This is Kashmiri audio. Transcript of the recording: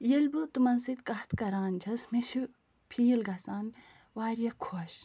ییٚلہِ بہٕ تِمَن سۭتۍ کَتھ کَران چھَس مےٚ چھُ فیٖل گژھان واریاہ خۄش